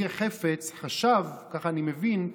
ניר חפץ חשב, ככה אני מבין,